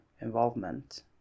involvement